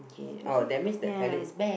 you see ya